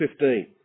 15